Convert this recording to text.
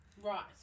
Right